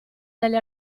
dagli